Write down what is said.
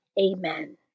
Amen